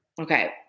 Okay